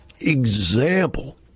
example